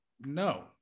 no